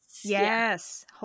Yes